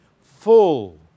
full